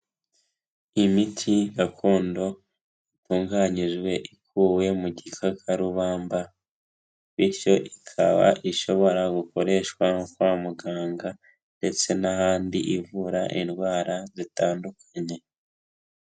Imiti gakondo itunganyijwe ikuwe mu gikakarubamba, bityo ikaba ishobora gukoreshwa kwa muganga ndetse n'ahandi, ivura indwara zitandukanye.